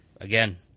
Again